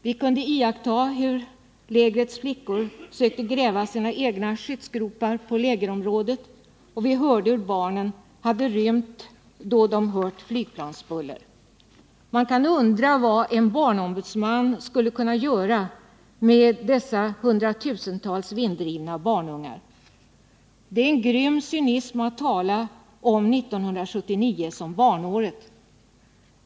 Vi kunde iaktta hur lägrets flickor sökte gräva sina egna skyddsgropar på lägerområdet och vi hörde att barnen hade rymt då de hört flygplansbuller. Man kan undra vad en barnombudsman skulle kunna göra med dessa hundratusentals vinddrivna barnungar. Det är en grym cynism att tala om 1979 som barnåret.